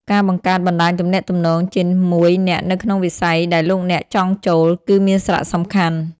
ការបង្កើតបណ្តាញទំនាក់ទំនង ជាមួយអ្នកនៅក្នុងវិស័យដែលលោកអ្នកចង់ចូល គឺមានសារៈសំខាន់។